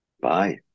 Bye